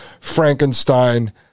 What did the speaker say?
frankenstein